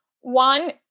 One